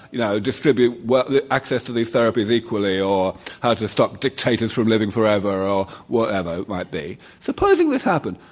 you know, distribute what the access to these therapies equally or how to stop dictators from living forever or whatever it might be. supposing this happened,